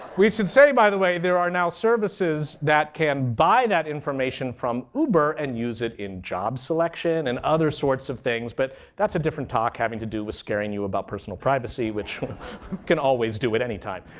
we should say, by the way, there are now services that can buy that information from uber and use it in jobs selection and other sorts of things, but that's a different talk having to do with scaring you about personal privacy, which can always do at any time.